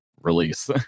release